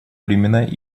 времена